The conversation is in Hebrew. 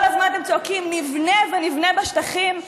כל הזמן אתם צועקים: נבנה ונבנה בשטחים,